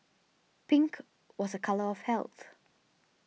pink was a colour of health